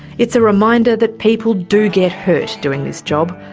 it's a reminder that people do get hurt doing this job.